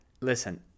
listen